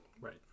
Right